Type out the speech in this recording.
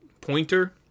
Pointer